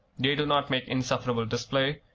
they do not make insufferable display,